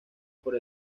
por